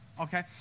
Okay